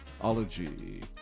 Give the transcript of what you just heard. Ology